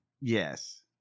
Yes